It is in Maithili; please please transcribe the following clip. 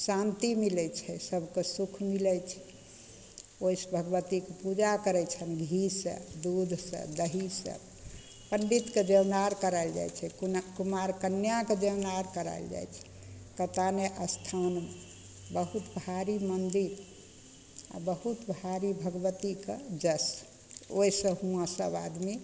शान्ति मिलै छै सभकेँ सुख मिलै छै ओहिसे भगवतीके पूजा करै छनि घी से दूध से दही से पण्डितके दोनारि कराएल जाइ छै कुम कुमारि कन्याकेँ दोनारि कराएल जाइ छै कात्यायने अस्थानमे बहुत भारी मन्दिर आओर बहुत भारी भगवतीके जस ओहिसे हुआँ सभ आदमी